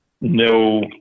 no